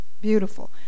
Beautiful